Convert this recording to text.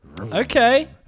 Okay